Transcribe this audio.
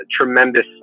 tremendous